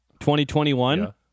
2021